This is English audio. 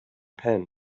pen